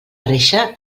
reixa